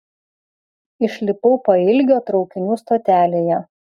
išlipau pailgio traukinių stotelėje